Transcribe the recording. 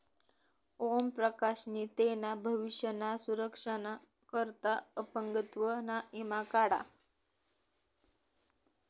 ओम प्रकाश नी तेना भविष्य ना सुरक्षा ना करता अपंगत्व ना ईमा काढा